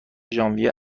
ژانویه